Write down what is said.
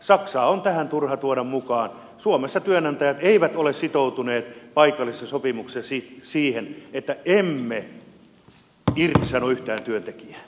saksaa on tähän turha tuoda mukaan suomessa työnantajat eivät ole sitoutuneet paikallisissa sopimuksissa siihen että eivät irtisano yhtään työntekijää